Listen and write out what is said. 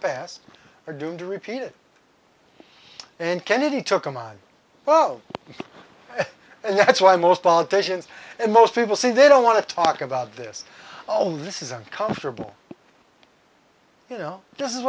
past are doomed to repeat it and kennedy took them on oh that's why most politicians and most people say they don't want to talk about this oh this is uncomfortable you know does is